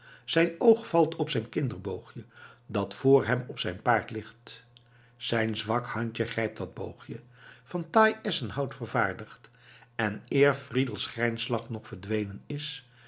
zijn oog valt op zijn kinderboogje dat vr hem op het paard ligt zijn zwak handje grijpt dat boogje van taai esschenhout vervaardigd en eer fridels grijnslach nog verdwenen is